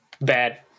Bad